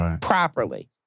properly